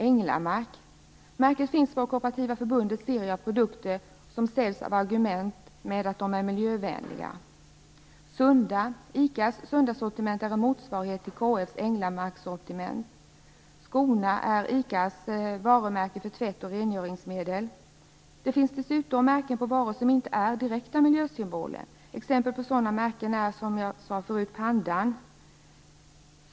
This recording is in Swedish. Änglamarksmärket finns på Kooperativa förbundets serie av produkter som säljs med argumentet att de är miljövänliga. ICA:s Sunda-sortiment är en motsvarighet till KF:s Änglamarkssortiment. Skona är Det finns dessutom märken på varor som inte är direkta miljösymboler. Exempel på sådana märken är, som jag nämnde förut, pandan.